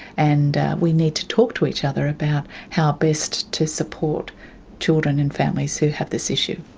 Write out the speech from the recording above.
and we need to talk to each other about how best to support children and families who have this issue.